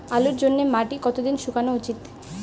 আলুর জন্যে মাটি কতো দিন শুকনো উচিৎ?